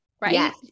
right